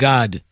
God